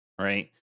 right